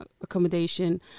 accommodation